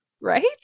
right